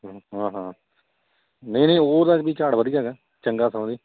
ਹੂੰ ਹਾਂ ਹਾਂ ਨਹੀਂ ਨਹੀਂ ਉਹ ਦਾ ਵੀ ਝਾੜ ਵਧੀਆ ਹੈਗਾ ਚੰਗਾ ਸਮਾ ਕਿ